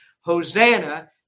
Hosanna